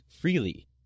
freely